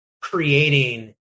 creating